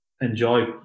enjoy